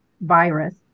virus